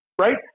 right